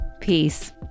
Peace